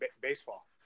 baseball